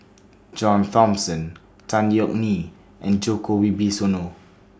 John Thomson Tan Yeok Nee and Djoko Wibisono